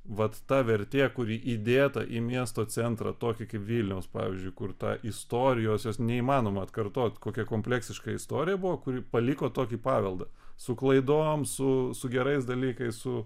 vat ta vertė kuri įdėta į miesto centrą tokį kaip vilniaus pavyzdžiui kur ta istorijos jos neįmanoma atkartoti kokia kompleksiška istorija buvo kuri paliko tokį paveldą su klaidom su su gerais dalykais su